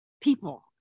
people